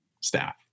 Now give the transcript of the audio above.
staff